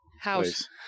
house